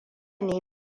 ne